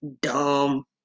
dumb